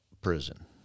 prison